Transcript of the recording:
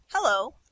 Hello